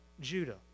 Judah